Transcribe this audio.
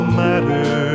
matter